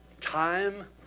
Time